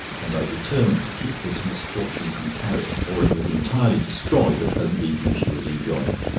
and i determined to keep this misfortune from carrie, for it would entirely destroy the pleasant evening she was enjoying.